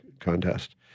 contest